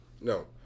No